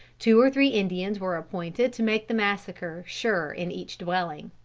two or three indians were appointed to make the massacre sure in each dwelling.